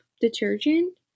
detergent